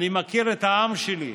אני מכיר את העם שלי.